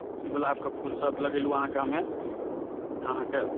गुलाबके फुल सभ लगेलहुँ अहाँकेँ हमे तऽ अहाँकेँ